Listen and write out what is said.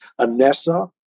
Anessa